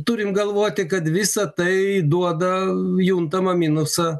turim galvoti kad visa tai duoda juntamą minusą